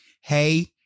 hey